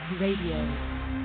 Radio